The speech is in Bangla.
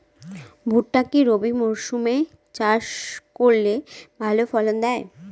ভুট্টা কি রবি মরসুম এ চাষ করলে ভালো ফলন দেয়?